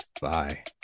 Bye